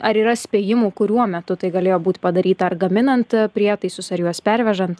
ar yra spėjimų kuriuo metu tai galėjo būt padaryta ar gaminant prietaisus ar juos pervežant